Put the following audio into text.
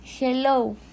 Hello